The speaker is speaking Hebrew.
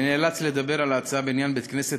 אני נאלץ לדבר על ההצעה בעניין בית-הכנסת